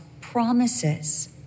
promises